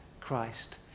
Christ